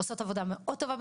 עושות עבודה מאוד טובה,